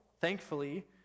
thankfully